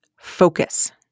focus